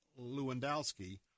Lewandowski